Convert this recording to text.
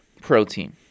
protein